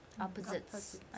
Opposites